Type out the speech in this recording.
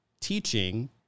teaching